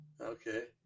okay